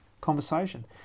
conversation